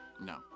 No